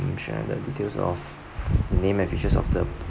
mention the details of the name and features of the